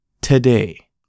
today